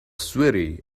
sweaty